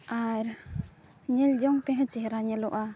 ᱟᱨ ᱧᱮᱞᱡᱚᱝ ᱛᱮᱦᱚᱸ ᱪᱮᱦᱨᱟ ᱧᱮᱞᱚᱜᱼᱟ